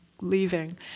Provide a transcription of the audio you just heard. leaving